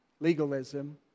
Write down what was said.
Legalism